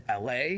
la